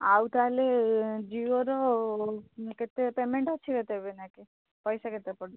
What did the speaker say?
ଆଉ ତାହେଲେ ଜିଓର କେତେ ପେମେଣ୍ଟ ଅଛି କେତେ ଦେବେ ଏଇନାକେ ଏବେ ପଇସା କେତେ ପଡ଼ିବ